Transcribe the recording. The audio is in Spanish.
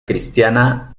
cristiana